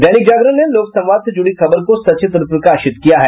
दैनिक जागरण ने लोक संवाद से जुड़ी खबर को सचित्र प्रकाशित किया है